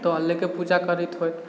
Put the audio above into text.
तऽ अल्लाह के पूजा करैत होइ